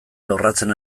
lorratzen